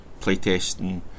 playtesting